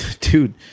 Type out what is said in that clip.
dude